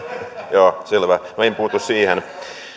joo selvä no en puutu siihen